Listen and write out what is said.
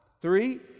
three